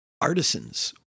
artisans